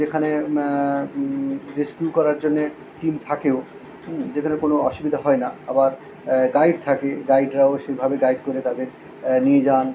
যেখানে রেসকিউ করার জন্যে টিম থাকেও যেখানে কোনো অসুবিধা হয় না আবার গাইড থাকে গাইডরাও সেভাবে গাইড করে তাদের নিয়ে যান